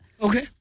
Okay